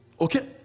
okay